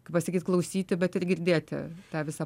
kaip pasakyt klausyti bet ir girdėti tą visą